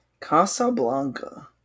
Casablanca